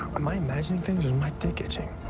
am i imagining things, or is my dick itching?